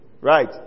Right